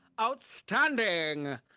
Outstanding